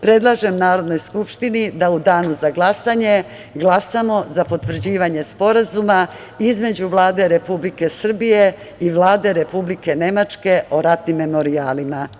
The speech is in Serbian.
Predlažem Narodnoj skupštini da u danu za glasanje glasamo za potvrđivanje Sporazuma između Vlade Republike Srbije i Vlade Republike Nemačke o ratnim memorijalima.